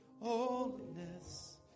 Holiness